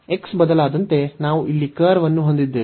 x ಬದಲಾದಂತೆ ನಾವು ಇಲ್ಲಿ ಕರ್ವ್ ಅನ್ನು ಹೊಂದಿದ್ದೇವೆ